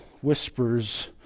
whispers